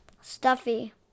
stuffy